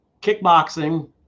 kickboxing